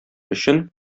өчен